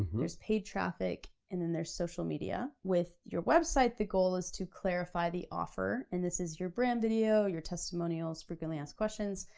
there's paid traffic, and then there's social media. with your website, the goal is to clarify the offer, and this is your brand video, your testimonials, frequently asked questions.